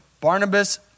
Barnabas